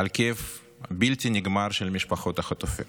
על הכאב הבלתי-נגמר של משפחות החטופים,